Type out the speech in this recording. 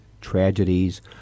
tragedies